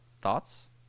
Thoughts